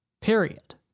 period